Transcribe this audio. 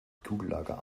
kugellager